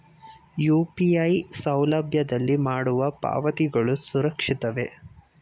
UPI ಸೌಲಭ್ಯದಲ್ಲಿ ಮಾಡುವ ಪಾವತಿಗಳು ಸುರಕ್ಷಿತವೇ?